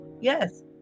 Yes